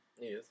Yes